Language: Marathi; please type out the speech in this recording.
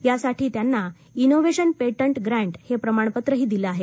त्यासाठी त्यांना इनोव्हेशन पेटंट ग्रांट हे प्रमाणपत्रही दिलं आहे